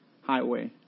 highway